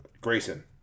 Grayson